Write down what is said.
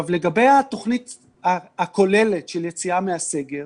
לגבי התוכנית הכוללת של יציאה מהסגר,